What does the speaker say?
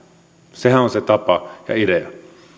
sehän on se tapa ja idea